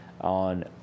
on